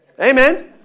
Amen